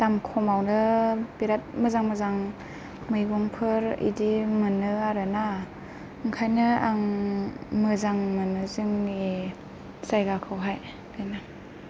दाम खमावनो बिराथ मोजां मोजां मैगंफोर इदि मोनो आरोना ओंखायनो आं मोजां मोनो जोंनि जायगाखौ हाय बेनो